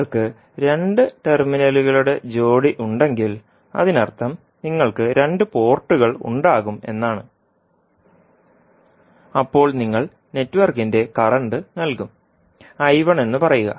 നിങ്ങൾക്ക് രണ്ട് ടെർമിനലുകളുടെ ജോടി ഉണ്ടെങ്കിൽ അതിനർത്ഥം നിങ്ങൾക്ക് രണ്ട് പോർട്ടുകൾ ഉണ്ടാകും എന്നാണ് അപ്പോൾ നിങ്ങൾ നെറ്റ്വർക്കിന്റെ കറന്റ് നൽകും എന്ന് പറയുക